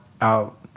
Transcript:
out